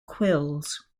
quills